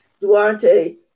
Duarte